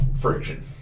friction